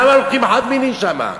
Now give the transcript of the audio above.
למה הולכים חד-מיני שמה?